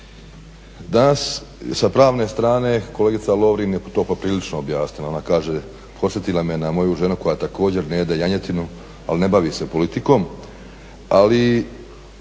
Danas sa pravne strane kolegica Lovrin je to poprilično objasnila. Ona kaže podsjetila me na moju ženu koja također ne jede janjetinu ali ne bavi se politikom